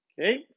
okay